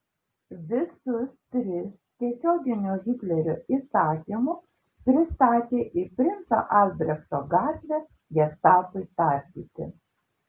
visus tris tiesioginiu hitlerio įsakymu pristatė į princo albrechto gatvę gestapui tardyti